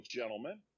gentlemen